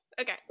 okay